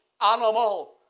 animal